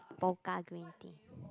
Pokka green tea